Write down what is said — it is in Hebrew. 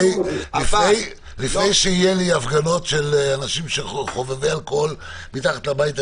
לפני שיהיו לי הפגנות של אנשים שהם חובבי אלכוהול מתחת לבית,